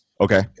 Okay